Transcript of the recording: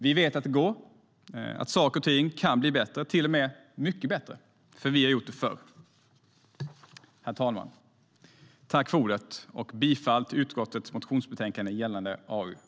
Vi vet att det går, att saker och ting kan bli bättre, till och med mycket bättre, för vi har gjort det förut. Herr talman! Jag yrkar bifall till utskottets förslag i motionsbetänkandet gällande AU8.